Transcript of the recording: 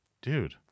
dude